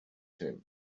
him